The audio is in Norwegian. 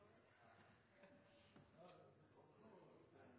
er forslag